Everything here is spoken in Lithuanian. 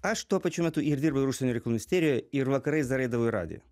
aš tuo pačiu metu ir dirbau ir užsienio reikalų ministerijoj ir vakarais dar eidavau į radiją